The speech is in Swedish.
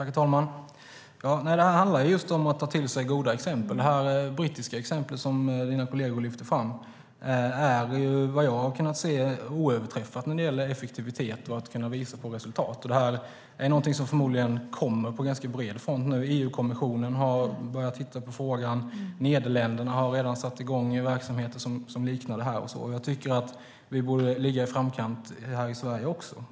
Herr talman! Detta handlar just om att ta till sig goda exempel. Det brittiska exempel som mina kolleger lyfte fram är vad jag har kunnat se oöverträffat när det gäller effektivitet och resultat. Detta är någonting som förmodligen kommer på ganska bred front nu. EU-kommissionen har börjat titta på frågan. Nederländerna har redan satt i gång verksamheter som liknar detta. Jag tycker att vi borde ligga i framkant här i Sverige också.